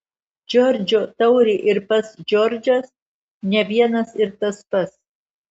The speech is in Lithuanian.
džordžo taurė ir pats džordžas ne vienas ir tas pats